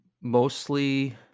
mostly